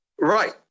right